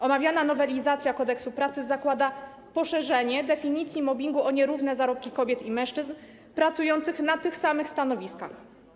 Omawiana nowelizacja Kodeksu pracy zakłada poszerzenie definicji mobbingu o nierówne zarobki kobiet i mężczyzn pracujących na tych samych stanowiskach.